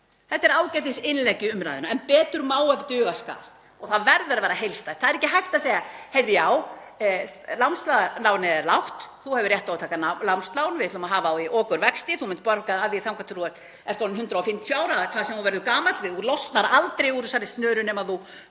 er ágætisinnlegg í umræðuna en betur má ef duga skal. Það verður að vera heildstætt. Það er ekki hægt að segja: Heyrðu já, námslánið er lágt. Þú hefur rétt á að taka námslán, við ætlum að hafa á því okurvexti, þú munt borga af því þangað til þú ert orðinn 150 ára eða hvað sem þú verður gamall, þú losnar aldrei úr þessari snöru nema þú